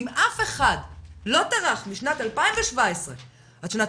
אם אף אחד לא טרח משנת 2017 עד שנת